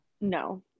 No